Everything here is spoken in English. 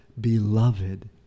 beloved